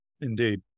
indeed